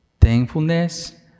thankfulness